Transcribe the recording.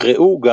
ראו גם